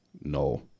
No